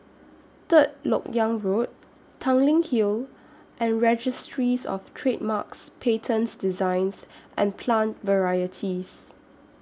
Third Lok Yang Road Tanglin Hill and Registries of Trademarks Patents Designs and Plant Varieties